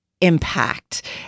impact